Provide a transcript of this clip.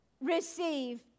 receive